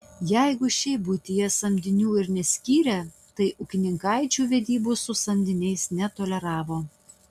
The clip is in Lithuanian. jeigu šiaip buityje samdinių ir neskyrę tai ūkininkaičių vedybų su samdiniais netoleravo